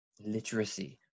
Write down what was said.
literacy